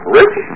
rich